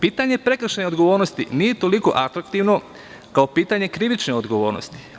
Pitanje prekršajne odgovornosti nije toliko atraktivno kao pitanje kri-vične odgovornosti.